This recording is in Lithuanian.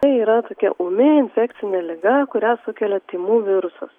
tai yra tokia ūmi infekcinė liga kurią sukelia tymų virusas